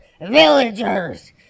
villagers